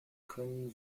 können